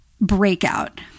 breakout